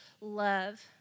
love